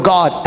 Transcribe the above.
God